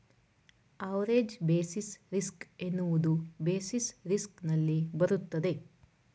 average basis risk ಎನ್ನುವುದು basis risk ನಲ್ಲಿ ಬರುತ್ತದೆ